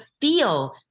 feel